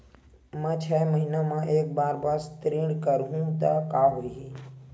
मैं छै महीना म एक बार बस ऋण करहु त का होही?